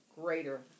greater